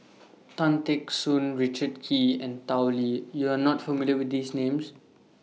Tan Teck Soon Richard Kee and Tao Li YOU Are not familiar with These Names